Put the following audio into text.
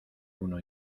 uno